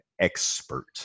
expert